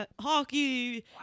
hockey